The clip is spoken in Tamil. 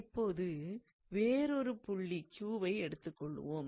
இப்பொழுது வேறொரு புள்ளி Q வை எடுத்துக் கொள்வோம்